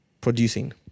producing